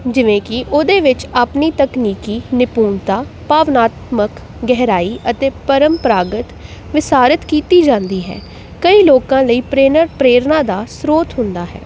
ਜਿਵੇਂ ਕਿ ਉਹਦੇ ਵਿੱਚ ਆਪਣੀ ਤਕਨੀਕੀ ਨਿਪੂੰਨਤਾ ਭਾਵਨਾਤਮਕ ਗਹਿਰਾਈ ਅਤੇ ਪ੍ਰੰਪਰਾਗਤ ਵਿਸਾਰਤ ਕੀਤੀ ਜਾਂਦੀ ਹੈ ਕਈ ਲੋਕਾਂ ਲਈ ਪ੍ਰੇਰਨ ਪ੍ਰੇਰਨਾ ਦਾ ਸਰੋਤ ਹੁੰਦਾ ਹੈ